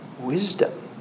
wisdom